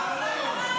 לא באלימות.